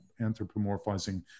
anthropomorphizing